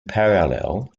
parallel